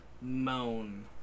moan